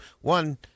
one